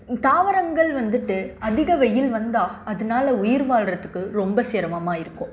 தாவரங்கள் வந்துவிட்டு அதிக வெயில் வந்தால் அதனால் உயிர் வாழ்கிறதுக்கு ரொம்ப சிரமமாக இருக்கும்